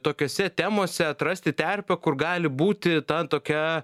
tokiose temose atrasti terpę kur gali būti ta tokia